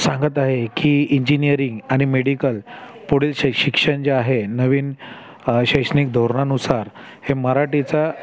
सांगत आहे की इंजिनिअरिंग आणि मेडिकल पुढील शै शिक्षण जे आहे नवीन शैक्षनिक धोरणानुसार हे मराठीचा